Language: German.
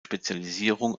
spezialisierung